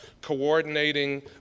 coordinating